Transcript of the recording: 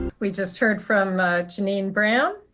we just heard from janine brown.